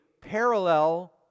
parallel